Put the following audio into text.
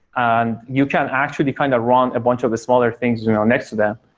and you can actually kind of run a bunch of the smaller things you know next to them,